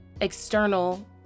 external